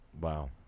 wow